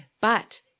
But-